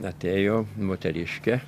atėjo moteriškė